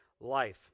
life